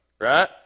right